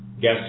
guess